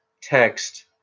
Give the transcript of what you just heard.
text